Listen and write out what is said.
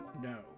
No